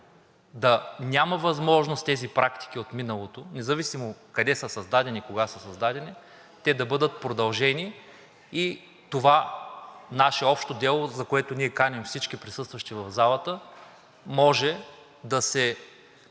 да няма възможност тези практики от миналото, независимо къде и кога са създадени, да бъдат продължени. Това наше общо дело, за което ние каним всички присъстващи в залата, може да се